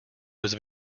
was